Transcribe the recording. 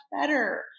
better